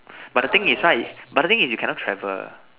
but the thing is right but the thing is you cannot travel